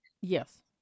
Yes